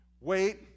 wait